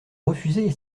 refusez